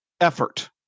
effort